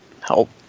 help